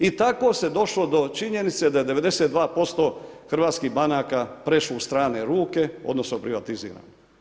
I tako se došlo do činjenice da je 92% hrvatskih banaka prešlo u strane ruke odnosno privatizirano.